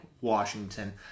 Washington